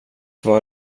var